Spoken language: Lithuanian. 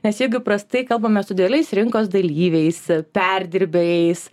nes jeigu įprastai kalbame su dideliais rinkos dalyviais a perdirbėjais